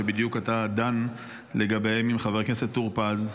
שבדיוק אתה דן לגביהם עם חבר הכנסת טור פז.